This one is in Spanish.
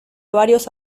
varios